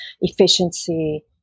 efficiency